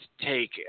take